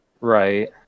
Right